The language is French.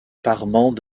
parements